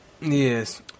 Yes